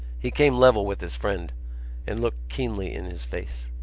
he came level with his friend and looked keenly in his face.